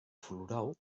floral